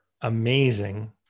amazing